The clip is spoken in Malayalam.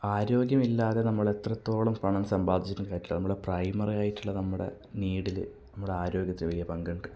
ആരോഗ്യമില്ലാതെ നമ്മൾ എത്രത്തോളം പണം സമ്പാദിച്ചിട്ടും കാര്യമില്ല നമ്മുടെ പ്രൈമറിയായിട്ടുള്ള നമ്മുടെ നീഡില് നമ്മുടെ ആരോഗ്യത്തിനു വലിയ പങ്ക് ഉണ്ട്